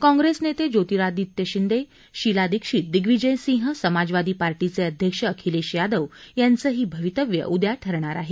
काँप्रेस नेते ज्योतिरादित्य शिंदे शीला दीक्षित दिग्विजय सिंह समाजवादी पार्टीचे अध्यक्ष अखिलेश यादव यांचंही भवितव्य उद्या ठरेल